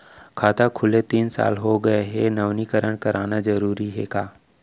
खाता खुले तीन साल हो गया गये हे नवीनीकरण कराना जरूरी हे का?